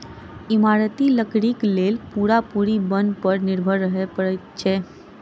इमारती लकड़ीक लेल पूरा पूरी बन पर निर्भर रहय पड़ैत छै